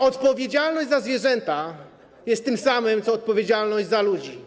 Odpowiedzialność za zwierzęta jest tym samym, czym jest odpowiedzialność za ludzi.